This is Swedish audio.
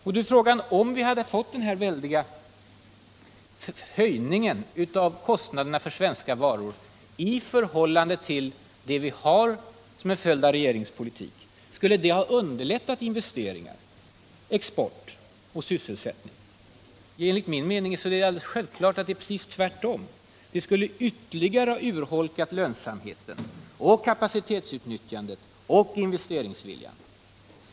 Frågan blir då: Om vi hade fått den här väldiga höjningen av kostnaderna för svenska varor i stället för de kostnader som vi har till följd av regeringspolitiken, skulle det ha underlättat investeringar, export och sysselsättning? Enligt min mening är det alldeles självklart att det är precis tvärtom. Det skulle ytterligare ha urholkat lönsamheten, kapacitetsutnyttjandet och investeringsviljan.